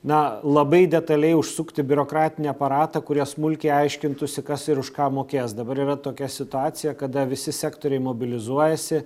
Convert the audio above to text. na labai detaliai užsukti biurokratinį aparatą kurie smulkiai aiškintųsi kas ir už ką mokės dabar yra tokia situacija kada visi sektoriai mobilizuojasi